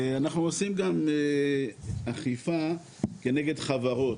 אנחנו עושים גם אכיפה כנגד חברות.